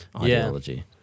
ideology